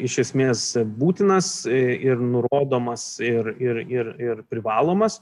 iš esmės būtinas ir nurodomas ir ir ir ir privalomas